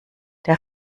der